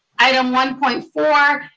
item one point four,